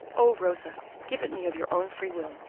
oh, rosa, give it me of your own free will,